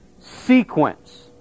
sequence